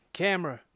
camera